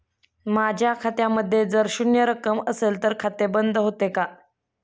माझ्या खात्यामध्ये जर शून्य रक्कम असेल तर खाते बंद होते का?